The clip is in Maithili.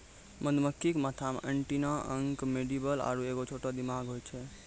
मधुमक्खी के माथा मे एंटीना अंक मैंडीबल आरु एगो छोटा दिमाग होय छै